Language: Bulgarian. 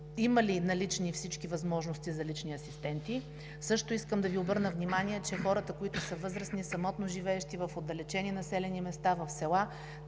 има ли налични всички възможности за лични асистенти. Също така искам да Ви обърна внимание, че хората, които са възрастни, самотно живеещи в отдалечени населени места, в села,